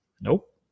nope